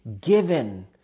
given